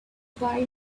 buy